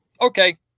okay